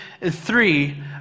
three